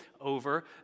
over